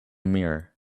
mirror